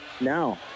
now